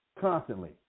constantly